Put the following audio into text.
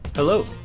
Hello